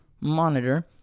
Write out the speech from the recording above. monitor